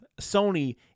Sony